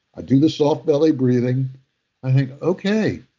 i do the soft belly breathing i think okay,